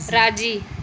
राज़ी